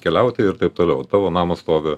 keliauti ir taip toliau tavo namas stovi